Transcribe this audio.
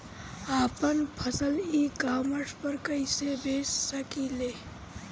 आपन फसल E commerce पर कईसे बेच सकिले?